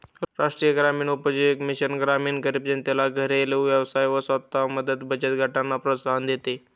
राष्ट्रीय ग्रामीण उपजीविका मिशन ग्रामीण गरीब जनतेला घरेलु व्यवसाय व स्व मदत बचत गटांना प्रोत्साहन देते